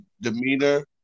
demeanor